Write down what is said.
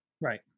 Right